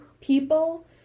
people